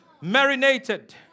Marinated